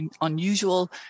unusual